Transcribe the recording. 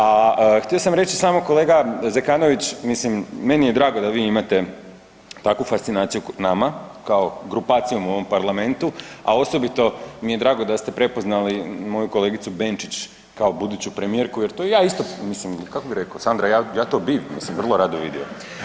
A htio reći samo, kolega Zekanović mislim meni je drago da vi imate takvu fascinaciju nama kao grupacijom u ovom parlamentu, a osobito mi je drago da ste prepoznali moju kolegicu Benčić kao buduću premijerku, jer to ja isto mislim kako sam rekao Sandra ja to bi vrlo rado vidio.